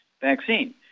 vaccine